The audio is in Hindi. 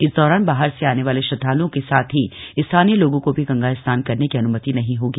इस दौरान बाहर से आने वाले श्रद्वालुओं के साथ ही स्थानीय लोगों को भी गंगा स्नान करने की अनुमित नहीं होगी